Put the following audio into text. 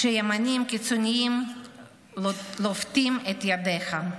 כשימנים קיצונים לופתים את ידיך.